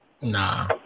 Nah